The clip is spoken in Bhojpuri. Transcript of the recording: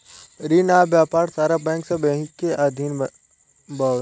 रिन आ व्यापार सारा बैंक सब एही के अधीन बावे